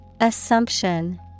Assumption